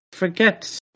Forget